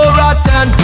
rotten